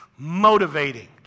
motivating